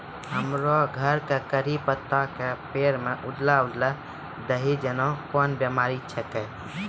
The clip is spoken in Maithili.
हमरो घर के कढ़ी पत्ता के पेड़ म उजला उजला दही जेना कोन बिमारी छेकै?